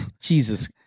Jesus